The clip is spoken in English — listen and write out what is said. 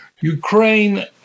Ukraine